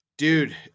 Dude